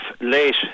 late